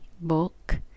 book